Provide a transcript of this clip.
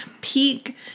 peak